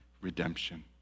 redemption